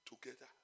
together